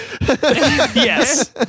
Yes